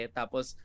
tapos